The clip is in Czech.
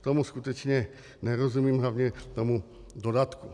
Tomu skutečně nerozumím, hlavně tomu dodatku.